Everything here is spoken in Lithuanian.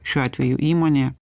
šiuo atveju įmonė